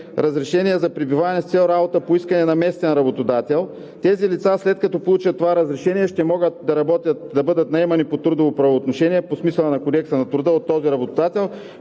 разрешение за пребиваване с цел работа по искане на местен работодател. След като получат това разрешение, лицата ще могат да бъдат наемани по трудово правоотношение по смисъла на Кодекса на труда от този работодател,